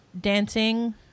...dancing